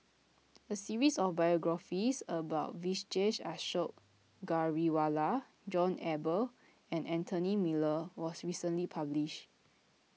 a series of biographies about Vijesh Ashok Ghariwala John Eber and Anthony Miller was recently published